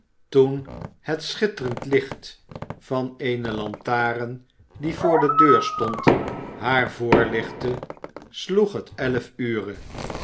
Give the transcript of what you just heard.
toen het schitterend licht van eene lantaren die voor de deur stond haar voorlichtte sloeg het elf ure